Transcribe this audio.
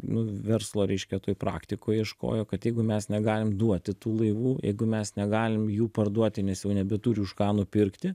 nu verslo reiškia toj praktikoj ieškojo kad jeigu mes negalim duoti tų laivų jeigu mes negalim jų parduoti nes jau nebeturi už ką nupirkti